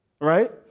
Right